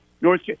North